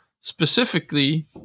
specifically